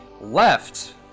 left